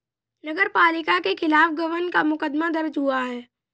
नगर पालिका के खिलाफ गबन का मुकदमा दर्ज हुआ है